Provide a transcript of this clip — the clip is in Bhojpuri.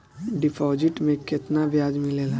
डिपॉजिट मे केतना बयाज मिलेला?